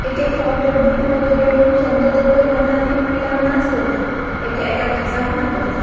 एक एक फावट तर बुकलो तर येवन सोमतो झपय मारता आनी पिलांक नाच करता एका एका घांसाक ना करता